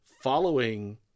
following